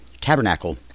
tabernacle